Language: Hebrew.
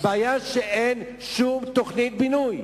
הבעיה היא שאין שום תוכנית בינוי.